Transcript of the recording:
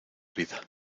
vida